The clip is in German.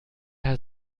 kerl